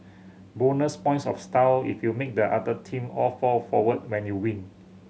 bonus points of style if you make the other team all fall forward when you win